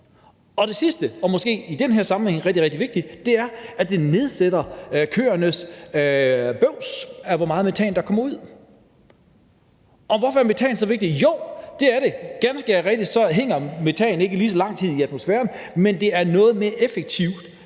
Og det sidste og måske i den her sammenhæng rigtig, rigtig vigtige er, at det nedsætter mængden af metan i køernes bøvser. Og hvorfor er metan så vigtigt? Jo, det er det, for ganske rigtigt hænger metan ikke lige så lang tid i atmosfæren, men det er noget mere effektivt